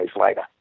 later